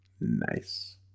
Nice